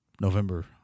November